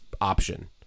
option